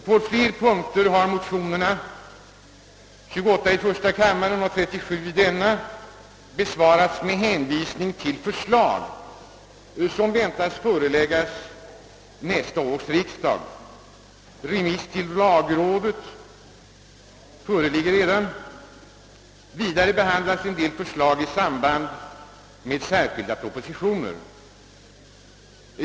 På flera punkter har motionerna I:28 och 11:37 besvarats med hänvisning till förslag som väntas föreläggas nästa års riksdag; remiss till lagrådet föreligger redan, och dessutom behandlas en del förslag i samband med särskilda propositioner.